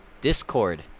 Discord